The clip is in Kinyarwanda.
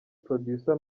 producer